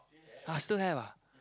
ah still have ah